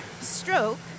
stroke